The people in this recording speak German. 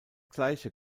gleiche